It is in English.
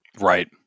Right